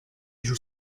joue